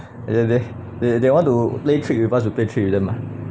and then they're they they want to play trick with us we play trick with them ah